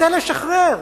רוצה לשחרר,